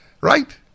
Right